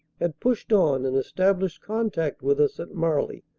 had pushed on and established contact with us at marly.